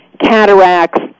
cataracts